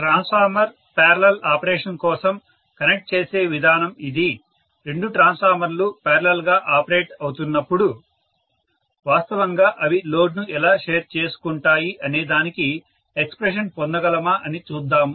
transformer parallel operation కోసం connect చేసే విధానం ఇది రెండు ట్రాన్స్ఫార్మర్లు పారలల్ గా ఆపరేట్ అవుతున్నప్పుడు వాస్తవంగా అవి లోడ్ ను ఎలా షేర్ చేసుకుంటాయి అనేదానికి ఎక్స్ప్రెషన్ పొందగలమా అని చూద్దాము